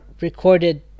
recorded